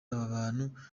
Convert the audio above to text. abantu